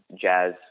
jazz